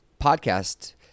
podcast